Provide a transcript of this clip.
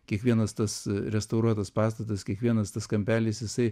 kiekvienas tas restauruotas pastatas kiekvienas tas kampelis jisai